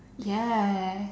ya